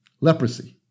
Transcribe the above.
leprosy